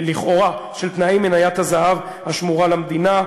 לכאורה, של תנאי מניית הזהב השמורה למדינה.